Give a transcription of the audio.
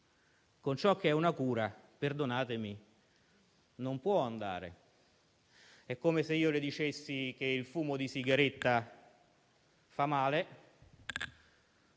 con ciò che è una cura non può andare. È come se io le dicessi che il fumo di sigaretta fa male